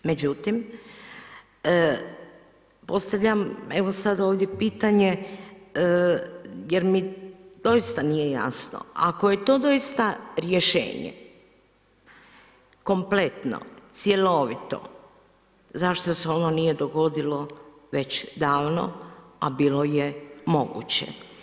Međutim, postavljam evo sad ovdje pitanje, jer mi doista nije jasno, ako je to doista rješenje, kompletno, cjelovito, zašto se ono nije dogodilo već davno, a bilo je moguće?